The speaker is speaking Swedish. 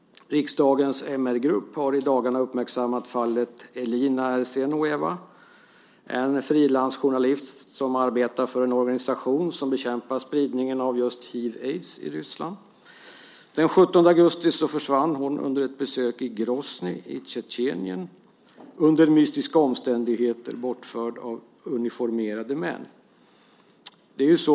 Riksdagens MR-grupp har i dagarna uppmärksammat fallet Elina Ersenoeva, en frilansjournalist som arbetar för en organisation som bekämpar spridning av hiv/aids i Ryssland. Den 17 augusti försvann hon vid ett besök i Groznyj i Tjetjenien under mystiska omständigheter, bortförd av uniformerade män.